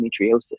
endometriosis